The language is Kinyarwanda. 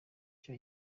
cyo